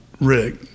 rick